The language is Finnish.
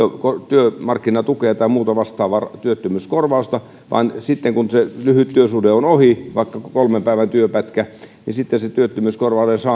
työmarkkinatukea tai muuta vastaavaa työttömyyskorvausta vaan sitten kun se lyhyt työsuhde on ohi vaikka kolmen päivän työpätkä työttömyyskorvauksen